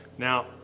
Now